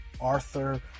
Arthur